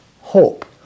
hope